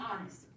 honest